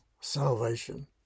salvation